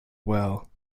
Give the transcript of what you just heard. well